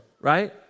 right